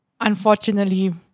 Unfortunately